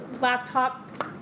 laptop